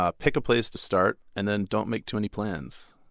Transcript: ah pick a place to start, and then don't make too many plans.